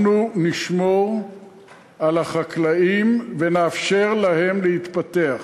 אנחנו נשמור על חקלאים ונאפשר להם להתפתח.